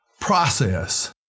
Process